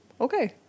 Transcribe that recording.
okay